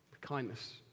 kindness